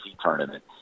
tournament